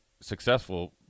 successful